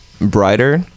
brighter